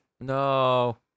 No